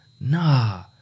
nah